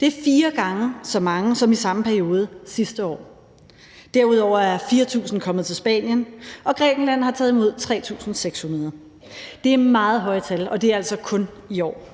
Det er fire gange så mange som i samme periode sidste år. Derudover er 4.000 kommet til Spanien, og Grækenland har taget imod 3.600. Det er meget høje tal, og det er altså kun i år.